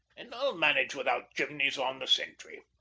and i'll manage without chimneys on the centry.